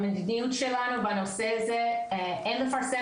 המדיניות שלנו בנושא הזה אין לפרסם